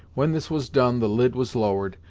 when this was done the lid was lowered,